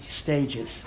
stages